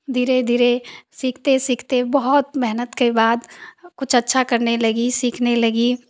धीरे धीरे सीखते सीखते बहुत मेहनत के बाद कुछ अच्छा करने लगी सीखने लगी